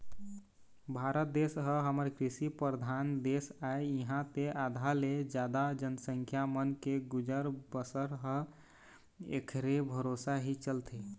भारत देश ह हमर कृषि परधान देश आय इहाँ के आधा ले जादा जनसंख्या मन के गुजर बसर ह ऐखरे भरोसा ही चलथे